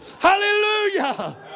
Hallelujah